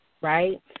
right